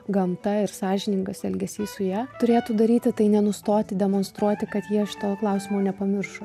gamta ir sąžiningas elgesys su ja turėtų daryti tai nenustoti demonstruoti kad jie šito klausimo nepamiršo